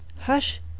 Hush